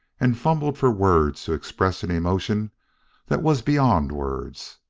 and fumbled for words to express an emotion that was beyond words.